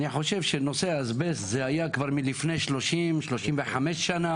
אני חושב שנושא האסבסט היה כבר לפני 35-30 שנה,